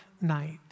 night